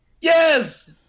Yes